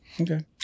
Okay